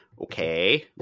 okay